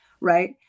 right